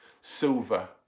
silver